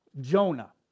Jonah